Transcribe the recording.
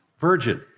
virgin